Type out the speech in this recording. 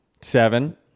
seven